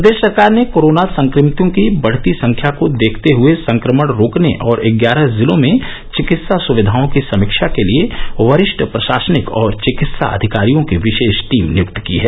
प्रदेश सरकार ने कोरोना संक्रमितों की बढ़ती संख्या को देखते हए संक्रमण रोकने और ग्यारह जिलों में चिकित्सा सुविधाओं की समीक्षा के लिए वरिष्ठ प्रशासनिक और चिकित्सा अधिकारियों की विशेष टीम नियक्त की है